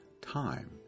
time